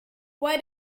why